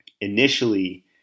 Initially